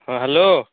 ହଁ ହ୍ୟାଲୋ